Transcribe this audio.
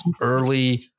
early